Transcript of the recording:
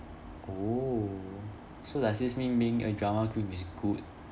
oh so does this mean being a drama queen is good